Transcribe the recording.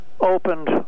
opened